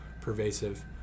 pervasive